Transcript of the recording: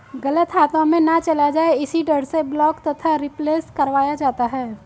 गलत हाथों में ना चला जाए इसी डर से ब्लॉक तथा रिप्लेस करवाया जाता है